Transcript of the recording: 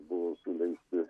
buvo suleisti